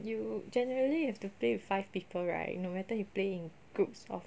you generally you have to play with five people right no matter you play in groups of